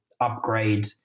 upgrade